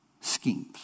schemes